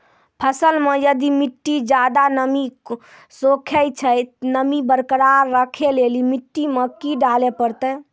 फसल मे यदि मिट्टी ज्यादा नमी सोखे छै ते नमी बरकरार रखे लेली मिट्टी मे की डाले परतै?